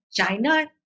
China